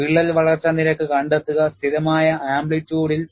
വിള്ളൽ വളർച്ചാ നിരക്ക് കണ്ടെത്തുക സ്ഥിരമായ ആംപ്ലിറ്റൂഡ് ഇൽ